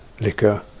liquor